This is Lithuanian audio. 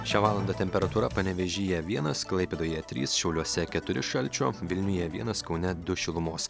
šią valandą temperatūra panevėžyje vienas klaipėdoje trys šiauliuose keturi šalčio vilniuje vienas kaune du šilumos